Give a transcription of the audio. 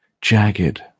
jagged